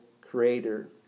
creator